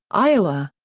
iowa.